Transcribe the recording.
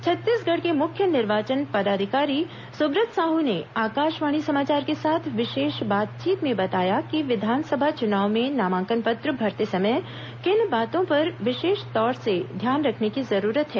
छत्तीसगढ़ के मुख्य निर्वाचन पदाधिकारी सुब्रत साहू ने आकाशवाणी समाचार के साथ विशेष बातचीत में बताया कि विधानसभा चुनाव में नामांकन पत्र भरते समय किन बातों पर विशेष तौर से ध्यान रखने की जरूरत है